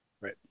Right